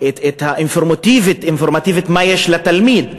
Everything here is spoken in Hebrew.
אינפורמטיבית מה יש לתלמיד,